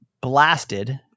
blasted